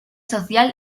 social